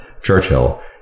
churchill